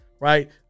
right